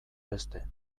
beste